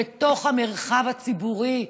בתוך המרחב הציבורי.